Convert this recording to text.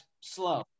Slow